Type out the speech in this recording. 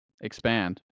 Expand